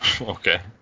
Okay